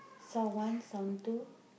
someone some to